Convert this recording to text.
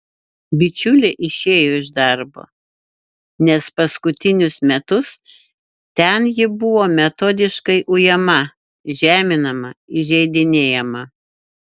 bičiulė išėjo iš darbo nes paskutinius metus ten ji buvo metodiškai ujama žeminama įžeidinėjama